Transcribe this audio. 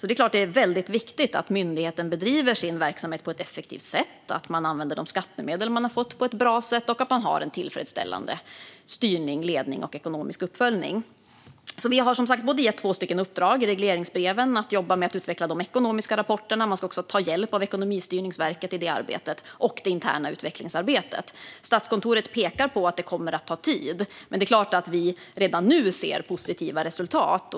Det är därför väldigt viktigt att myndigheten bedriver sin verksamhet på ett effektivt sätt, att man använder de skattemedel man har fått på ett bra sätt och att man har en tillfredsställande styrning, ledning och ekonomisk uppföljning. Vi har som sagt gett två uppdrag i regleringsbreven som handlar om att jobba med att utveckla de ekonomiska rapporterna. Man ska också ta hjälp av Ekonomistyrningsverket i detta arbete och i det interna utvecklingsarbetet. Statskontoret pekar på att detta kommer att ta tid. Men vi ser såklart redan nu positiva resultat.